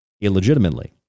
illegitimately